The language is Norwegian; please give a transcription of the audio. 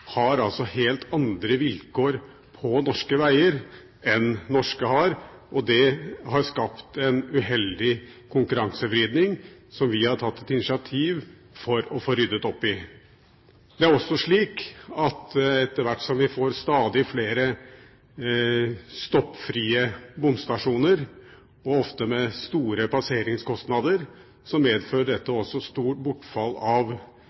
har helt andre vilkår på norske veier enn norske har, og det har skapt en uheldig konkurransevridning som vi har tatt initiativ for å få ryddet opp i. Det er også slik at etter hvert som vi får stadig flere stoppfrie bomstasjoner, ofte med store passeringskostnader, medfører dette stort bortfall av